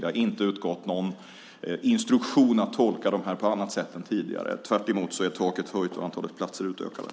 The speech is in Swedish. Det har inte utgått någon instruktion om att man ska tolka dem på annat sätt än tidigare. Tvärtom: Taket har höjts och antalet platser har utökats.